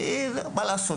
כי מה לעשות?